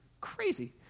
crazy